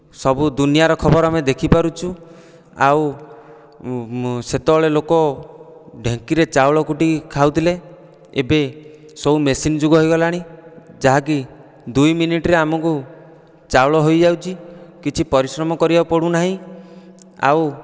ସବୁ ଦୁନିଆର ଖବର ଆମେ ଦେଖିପାରୁଛୁ ଆଉ ସେତେବେଳେ ଲୋକ ଢ଼ୀଙ୍କିରେ ଚାଉଳ କୁଟୀ ଖାଉଥିଲେ ଏବେ ସବୁ ମେସିନ୍ ଯୁଗ ହେଇଗଲାଣି ଯାହାକି ଦୁଇ ମିନିଟ୍ରେ ଆମକୁ ଚାଉଳ ହୋଇଯାଉଛି କିଛି ପରିଶ୍ରମ କରିବାକୁ ପଡ଼ୁନାହିଁ ଆଉ